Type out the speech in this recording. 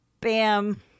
bam